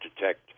detect